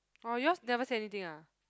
oh yours never say anything ah